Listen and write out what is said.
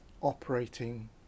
operating